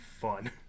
fun